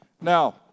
Now